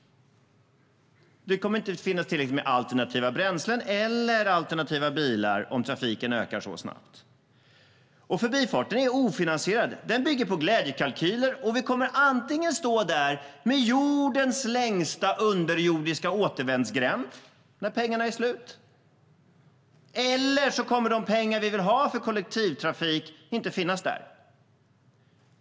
Det kommer inte att finnas tillräckligt med alternativa bränslen eller alternativa bilar om trafiken ökar så snabbt. Förbifarten är också ofinansierad. Den bygger på glädjekalkyler. Vi kommer antingen att stå där med jordens längsta underjordiska återvändsgränd när pengarna är slut, eller kommer de pengar som vi vill ha till kollektivtrafik inte att finnas.